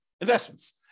investments